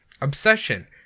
obsession